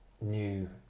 new